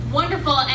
wonderful